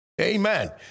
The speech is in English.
Amen